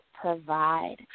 provide